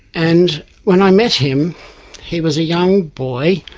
and when i met him he was a young boy